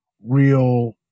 real